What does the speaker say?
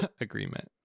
agreement